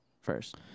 first